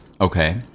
Okay